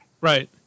Right